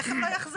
איך הם לא יחזרו?